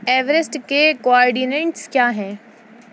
Everest کے coordinates کیا ہیں